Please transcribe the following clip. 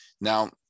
Now